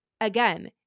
again